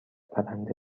برنده